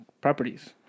properties